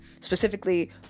specifically